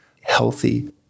healthy